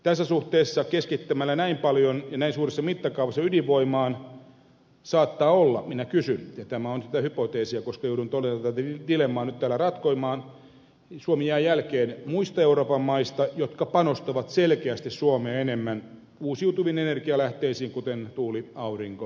tässä suhteessa keskittämällä näin paljon ja näin suuressa mittakaavassa ydinvoimaan saattaa olla näin minä kysyn ja tämä on sitä hypoteesia koska joudun todella tätä dilemmaa nyt täällä ratkomaan suomi jää jälkeen muista euroopan maista jotka panostavat selkeästi suomea enemmän uusiutuviin energialähteisiin kuten tuuli aurinko ja bioenergiaan